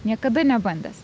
niekada nebandęs